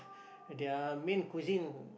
their main cuisine